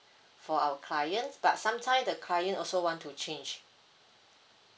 for our clients but sometimes the client also want to change